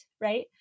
right